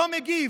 לא מגיב.